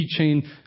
keychain